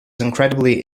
incredibly